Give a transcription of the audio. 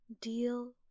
Deal